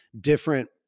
different